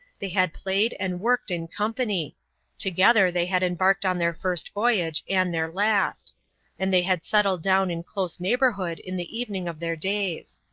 they had played and worked in company together they had embarked on their first voyage, and their last and they had settled down in close neighborhood in the evening of their days.